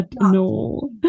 No